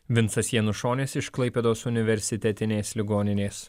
vincas janušonis iš klaipėdos universitetinės ligoninės